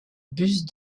buste